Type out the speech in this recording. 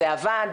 זה עבד,